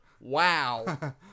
Wow